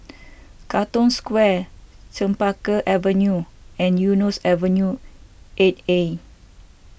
Katong Square Chempaka Avenue and Eunos Avenue eight A